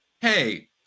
hey